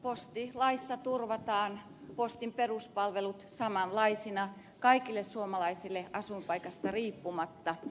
postilaissa turvataan postin peruspalvelut samanlaisina kaikille suomalaisille asuinpaikasta riippumatta